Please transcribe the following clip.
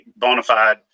Bonafide